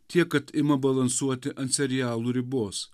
tiek kad ima balansuoti ant serialų ribos